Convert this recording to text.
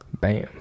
Bam